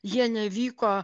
jie nevyko